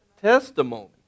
testimony